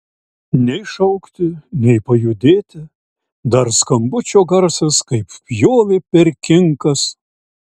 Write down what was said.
nei šaukti nei pajudėti dar skambučio garsas kaip pjovė per kinkas